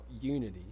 unity